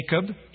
Jacob